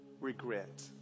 Regret